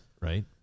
right